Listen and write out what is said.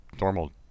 normal